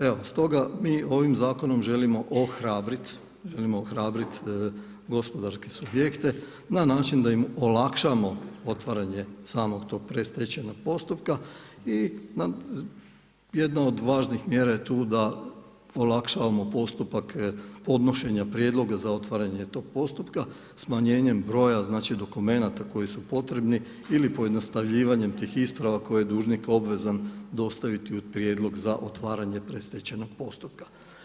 Evo, stoga mi ovim zakonom želimo ohrabriti gospodarske subjekte na način da im olakšamo samog tog predstečajnog postupka i jedna od važnijih mjera je tu da olakšavamo postupak podnošenja prijedloga za otvaranje tog postupka, smanjenjem broja dokumenata koji su potrebni ili pojednostavljivanja tih isprava koje je dužnik obvezan dostaviti u prijedlog za otvaranje predstečajnog postupka.